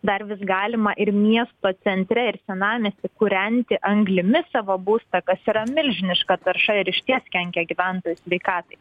dar vis galima ir miesto centre ir senamiesty kūrenti anglimi savo būstą kas yra milžiniška tarša ir išties kenkia gyventojų sveikatai